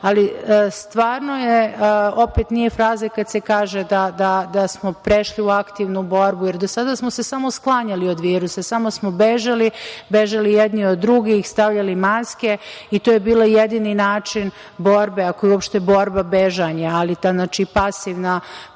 je tu, ali opet nije fraza kad se kaže da smo prešli u aktivnu borbu, jer do sada smo se samo sklanjali od virusa, samo smo bežali, bežali jedni od drugih, stavljali maske i to je bio jedini način borbe, ako je uopšte borba bežanje, ali taj pasivan